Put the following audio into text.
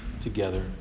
together